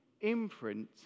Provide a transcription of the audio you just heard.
imprint